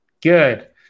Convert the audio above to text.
Good